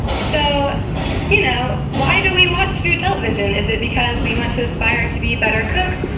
so you know, why do we watch food television? is it because we want to aspire to be better cooks?